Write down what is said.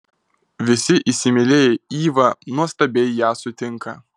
visi įsimylėję ivą nuostabiai ją sutinka